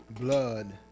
blood